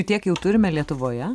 tiek jau turime lietuvoje